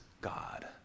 God